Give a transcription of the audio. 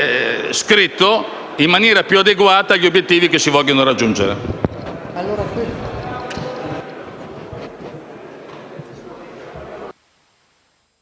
scritto in maniera più adeguata agli obiettivi che si vogliono raggiungere.